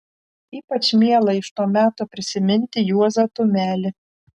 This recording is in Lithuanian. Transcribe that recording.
ypač miela iš to meto prisiminti juozą tumelį